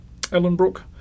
Ellenbrook